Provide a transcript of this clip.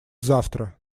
завтра